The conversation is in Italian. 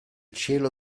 cielo